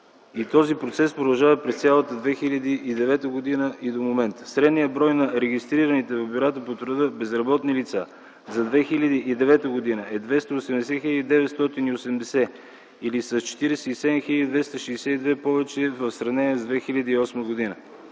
този процес продължава през цялата 2009 г. и до момента. Средният брой на регистрираните в бюрата по труда безработни лица за 2009 г. е 280 хил. 980 или с 47 хил. 262 повече в сравнение с 2008 г.